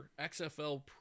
XFL